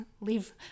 leave